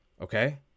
Okay